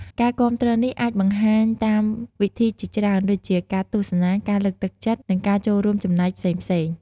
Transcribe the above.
ការគាំទ្រនេះអាចបង្ហាញតាមវិធីជាច្រើនដូចជា ការទស្សនា ការលើកទឹកចិត្ត និងការចូលរួមចំណែកផ្សេងៗ។